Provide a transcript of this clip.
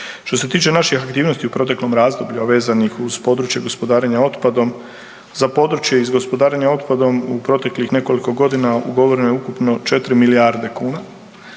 Što se tiče naših aktivnosti u proteklom razdoblju, a vezanih uz područje gospodarenja otpadom za područje iz gospodarenja otpadom u proteklih nekoliko godina ugovoreno je ukupno 4 milijarde kuna,